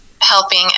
helping